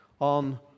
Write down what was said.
on